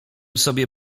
sobie